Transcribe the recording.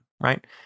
Right